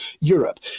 Europe